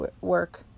work